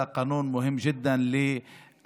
החוק הזה חשוב מאוד לגיל